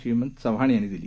श्रीमंत चव्हाण यांनी दिली